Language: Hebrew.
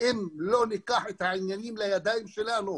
נמצא איתנו?